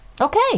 Okay